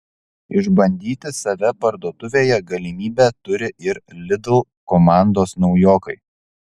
išbandyti save parduotuvėje galimybę turi ir lidl komandos naujokai